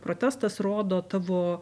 protestas rodo tavo